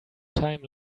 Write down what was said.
time